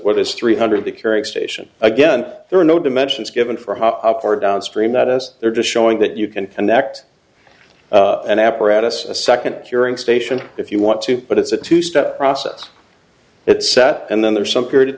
what is three hundred the carrying station again there are no dimensions given for up or down stream that is there just showing that you can connect an apparatus a second curing station if you want to but it's a two step process it set and then there's some period of